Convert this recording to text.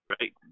right